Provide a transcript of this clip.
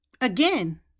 Again